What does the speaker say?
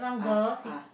ah ah